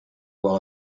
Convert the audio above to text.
while